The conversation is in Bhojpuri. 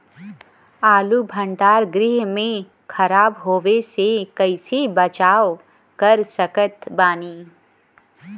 आलू भंडार गृह में खराब होवे से कइसे बचाव कर सकत बानी?